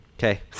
Okay